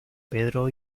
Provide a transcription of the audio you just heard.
pedro